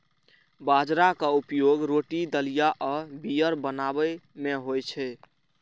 बाजराक उपयोग रोटी, दलिया आ बीयर बनाबै मे होइ छै